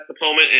opponent